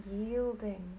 yielding